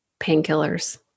painkillers